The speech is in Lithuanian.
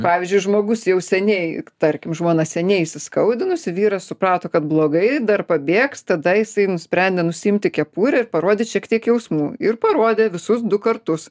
pavyzdžiui žmogus jau seniai tarkim žmona seniai įskaudinusi vyrą suprato kad blogai dar pabėgs tada jisai nusprendė nusiimti kepurę ir parodyt šiek tiek jausmų ir parodė visus du kartus